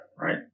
Right